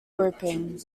grouping